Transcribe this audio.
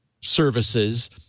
services